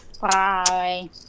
Bye